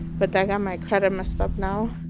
but i got my credit messed up now,